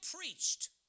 preached